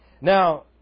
Now